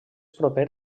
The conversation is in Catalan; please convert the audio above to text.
proper